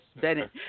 Bennett